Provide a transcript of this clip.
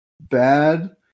bad